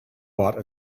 bought